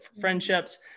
friendships